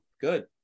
good